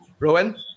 Rowan